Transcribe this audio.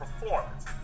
performance